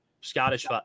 Scottish